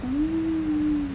oh